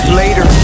later